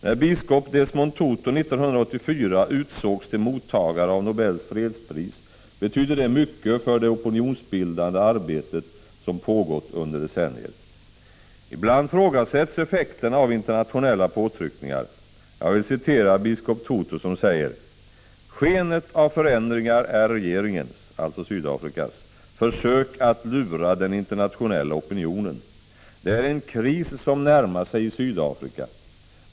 När biskop Desmond Tutu 1984 utsågs till mottagare av Nobels fredspris betydde det mycket för det opinionsbildande arbete som pågått under decennier. Ibland ifrågasätts effekterna av internationella påtryckningar. Jag vill citera biskop Tutu som säger: ”Skenet av förändringar är regeringens” — alltså Sydafrikas — ”försök att lura den internationella opinionen. Det är en kris som närmar sig i Sydafrika.